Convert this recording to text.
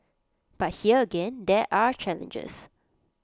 but here again there are challenges